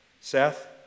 Seth